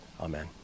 amen